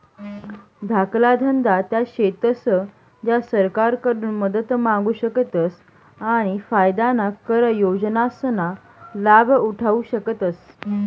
धाकला धंदा त्या शेतस ज्या सरकारकडून मदत मांगू शकतस आणि फायदाना कर योजनासना लाभ उठावु शकतस